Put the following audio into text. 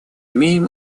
имеем